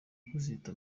kuzita